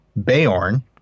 bayorn